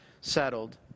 settled